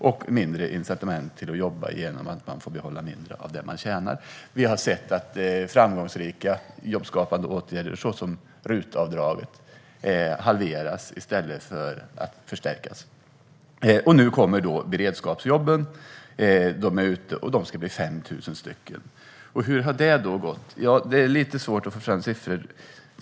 Man har mindre incitament för att jobba genom att man får behålla mindre av det som man tjänar. Framgångsrika jobbskapande åtgärder, såsom RUT-avdraget, halveras i stället för att förstärkas. Nu kommer beredskapsjobben. De ska bli 5 000 stycken. Hur har det gått? Ja, det är lite svårt att få fram siffror.